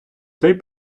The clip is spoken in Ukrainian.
цей